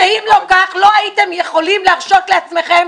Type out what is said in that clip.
שאם לא כך לא הייתם יכולים להרשות לעצמכם